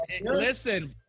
listen